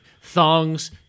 thongs